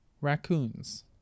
raccoons